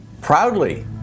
Proudly